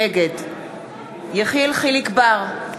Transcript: נגד יחיאל חיליק בר,